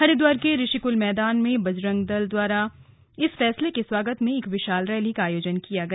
हरिद्वार के ऋषिकल मैदान में बजरंज दाल द्वारा इस फैसले के स्वागत में एक विशाल रैली का आयोजन किया गया